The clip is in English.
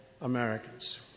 Americans